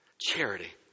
Charity